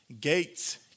Gates